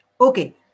Okay